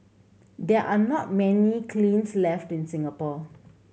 there are not many kilns left in Singapore